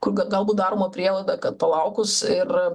kur galbūt daroma prielaida kad palaukus ir